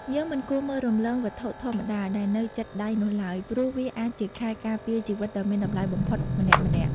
យើងមិនគួរមើលរំលងវត្ថុធម្មតាដែលនៅជិតដៃនោះឡើយព្រោះវាអាចជាខែលការពារជីវិតដ៏មានតម្លៃបំផុតម្នាក់ៗ។